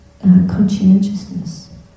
conscientiousness